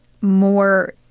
more